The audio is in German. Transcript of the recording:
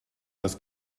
das